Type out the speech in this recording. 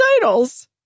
titles